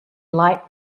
light